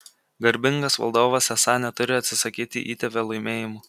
garbingas valdovas esą neturi atsisakyti įtėvio laimėjimų